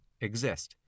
exist